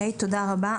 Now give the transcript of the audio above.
תודה רבה.